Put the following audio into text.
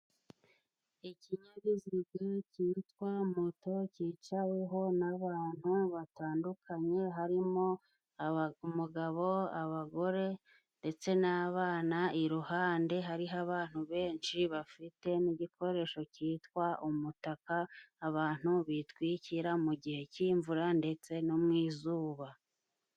Ikinyabiziga cyitwa moto cyicaweho n'abantu batandukanye, harimo umugabo, abagore ndetse n'abana, iruhande hariho abantu benshi bafite n'igikoresho cyitwa umutaka abantu bitwikira mu gihe cy'imvura ndetse no mu izuba